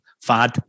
fad